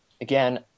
again